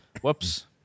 Whoops